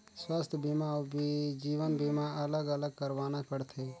स्वास्थ बीमा अउ जीवन बीमा अलग अलग करवाना पड़थे?